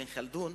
אבן ח'לדון,